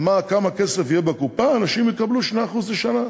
כמה כסף יהיה בקופה, אנשים יקבלו 2% לשנה.